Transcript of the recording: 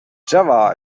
java